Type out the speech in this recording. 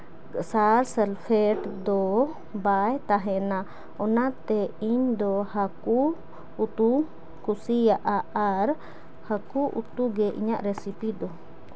ᱥᱟᱨ sulphate ᱫᱚ ᱵᱟᱭ ᱛᱟᱦᱮᱱᱟ ᱚᱱᱟᱛᱮ ᱤᱧ ᱫᱚ ᱦᱟᱹᱠᱩ ᱩᱛᱩ ᱠᱩᱥᱤᱭᱟᱜᱼᱟ ᱟᱨ ᱦᱟᱹᱠᱩ ᱩᱛᱩ ᱜᱮ ᱤᱧᱟᱹᱜ ᱨᱮᱥᱤᱯᱤ ᱫᱚ